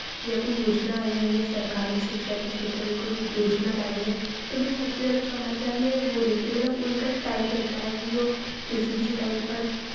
या कोई योजना आई है या सरकार ने शिक्षा के क्षेत्र में कोई योजना लाई है तो मैं सबसे ज़्यादा समाचार में वो देखती हूँ मतलब उनका एक टाइम रहता है कि वो किसी किसी टाइम पर